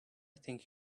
think